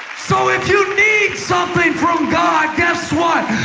so if you need something from god, guess what?